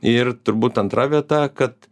ir turbūt antra vieta kad